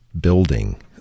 building—